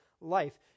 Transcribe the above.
life